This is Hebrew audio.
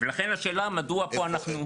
ועוד פעם, ועדות התכנון זו לא הייתה הבעיה.